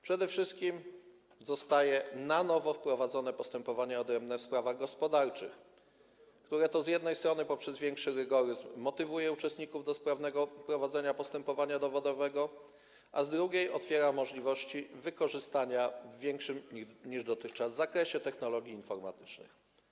Przede wszystkim zostaje na nowo wprowadzone postępowanie odrębne w sprawach gospodarczych, które z jednej strony poprzez większy rygoryzm motywuje uczestników do sprawnego prowadzenia postępowania dowodowego, a z drugiej otwiera możliwości wykorzystania w większym niż dotychczas zakresie technologii informatycznych.